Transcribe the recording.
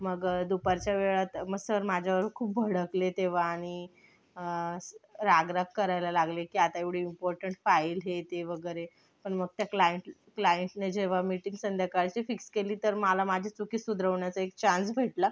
मग दुपारच्या वेळात मग सर माझ्यावर खूप भडकले तेव्हा आणि रागराग करायला लागले की आता एवढी इम्पॉर्टंट फाईल गेली वगैरे पण मग त्या क्लायंट क्लायंटने जेव्हा मीटिंग संध्याकाळची फिक्स केली तर मला माझी चूक सुधारण्याचा एक चान्स भेटला